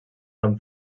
amb